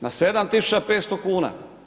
Na 7500 kuna.